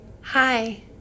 Hi